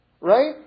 right